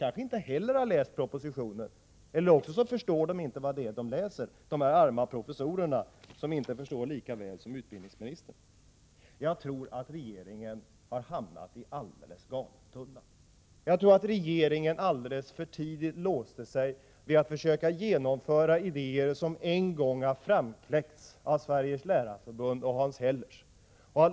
Kanske inte heller de har läst propositionen, eller också förstår de inte vad det är de läser, dessa arma professorer. Jag tror att regeringen har hamnat i alldeles galen tunna. Jag tror att regeringen för tidigt låst sig när det gällde att försöka genomföra idéer, som en gång framkläckts av Sveriges lärarförbund och Hans Hellers.